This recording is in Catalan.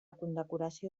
condecoració